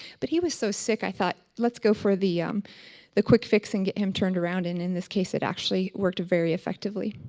but, he was so sick i thought, let's go for the um the quick fix and get him turned around and in this case it actually worked very effectively.